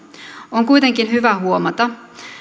on kuitenkin hyvä huomata